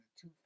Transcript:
two